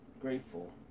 grateful